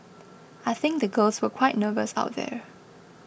I think the girls were quite nervous out there